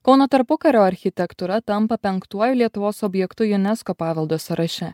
kauno tarpukario architektūra tampa penktuoju lietuvos objektų junesko paveldo sąraše